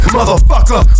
Motherfucker